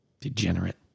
Degenerate